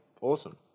Awesome